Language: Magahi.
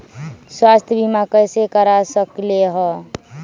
स्वाथ्य बीमा कैसे करा सकीले है?